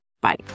Bye